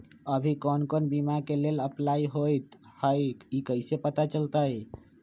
अभी कौन कौन बीमा के लेल अपलाइ होईत हई ई कईसे पता चलतई?